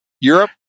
europe